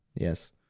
Yes